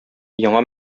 яңа